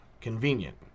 convenient